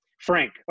frank